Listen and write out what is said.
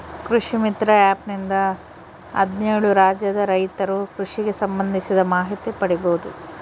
ಕೃಷಿ ಮಿತ್ರ ಆ್ಯಪ್ ನಿಂದ ಹದ್ನೇಳು ರಾಜ್ಯದ ರೈತರು ಕೃಷಿಗೆ ಸಂಭಂದಿಸಿದ ಮಾಹಿತಿ ಪಡೀಬೋದು